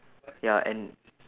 ya and